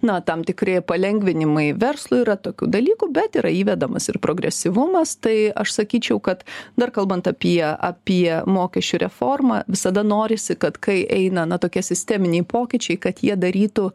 na tam tikri palengvinimai verslui yra tokių dalykų bet yra įvedamas ir progresyvumas tai aš sakyčiau kad dar kalbant apie apie mokesčių reformą visada norisi kad kai eina na tokie sisteminiai pokyčiai kad jie darytų